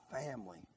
family